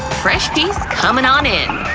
fresh piece comin' on in!